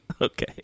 Okay